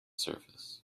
surface